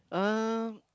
um